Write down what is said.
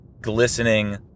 glistening